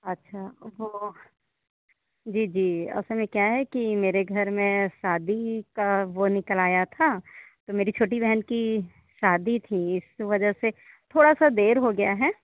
अच्छा वह जी जी उस समय क्या है कि मेरे घर में शादी का वह निकल आया था तो मेरी छोटी बहन की शादी थी इस वजह से थोड़ा सा देर हो गया है